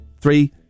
Three